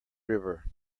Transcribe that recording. river